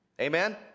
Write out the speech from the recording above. Amen